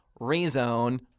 Rezone